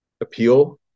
appeal